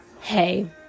hey